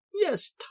Yes